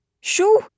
Shoo